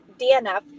DNF